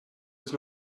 ist